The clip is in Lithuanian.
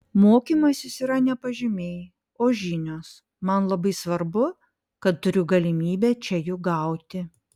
mokymasis yra ne pažymiai o žinios man labai svarbu kad turiu galimybę čia jų gauti